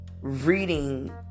Reading